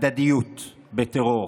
הדדיות בטרור.